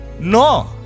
No